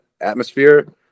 atmosphere